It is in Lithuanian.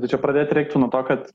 tai čia pradėti reiktų nuo to kad